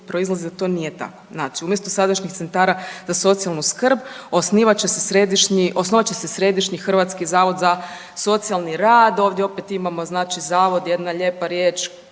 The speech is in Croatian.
proizlazi da to nije tako. Znači umjesto sadašnjih centara za socijalnu skrb osnovat će se Središnji hrvatski zavod za socijalni rad. Ovdje opet imamo znači zavod, jedna lijepa riječ